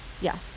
yes